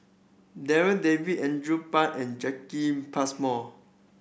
Darryl David Andrew Phang and Jacki Passmore